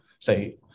say